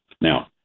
Now